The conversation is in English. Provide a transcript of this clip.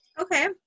Okay